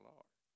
Lord